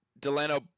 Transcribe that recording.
Delano